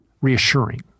reassuring